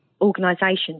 organisations